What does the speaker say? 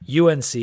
UNC